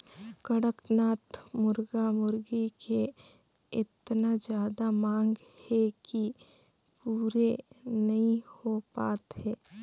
कड़कनाथ मुरगा मुरगी के एतना जादा मांग हे कि पूरे नइ हो पात हे